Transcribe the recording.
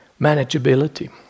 manageability